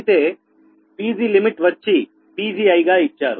అయితే Pg limit వచ్చి Pgi గా ఇచ్చారు